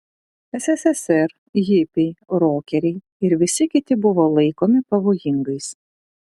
sssr hipiai rokeriai ir visi kiti buvo laikomi pavojingais